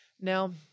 Now